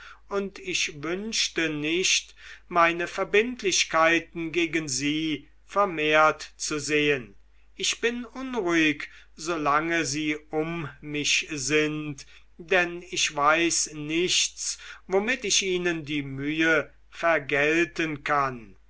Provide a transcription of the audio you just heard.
und ich wünschte nicht meine verbindlichkeiten gegen sie vermehrt zu sehen ich bin unruhig solange sie um mich sind denn ich weiß nichts womit ich ihnen die mühe vergelten kann